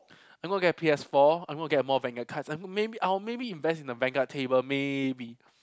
I'm gonna get a P_S-four I'm gonna get a more vanguard cards I maybe I'll maybe invest in a vanguard table maybe